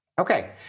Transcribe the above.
Okay